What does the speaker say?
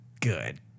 good